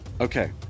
Okay